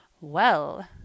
Well